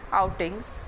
outings